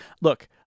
Look